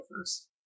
first